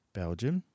belgium